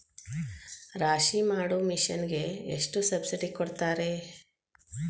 ರಾಶಿ ಮಾಡು ಮಿಷನ್ ಗೆ ಎಷ್ಟು ಸಬ್ಸಿಡಿ ಕೊಡ್ತಾರೆ?